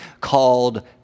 called